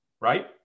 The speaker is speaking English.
right